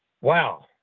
Wow